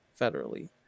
federally